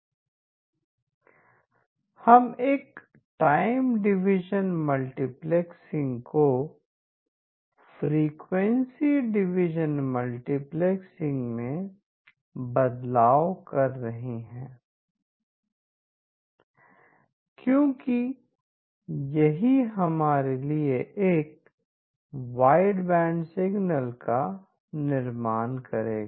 हम एक time time division multiplexing को फ्रीक्वेंसी डिवीजन मल्टीप्लेक्सिंग मैं बदलाव कर रहे हैं क्योंकि यही हमारे लिए एक वाइड बैंड सिग्नल का निर्माण करेगा